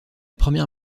première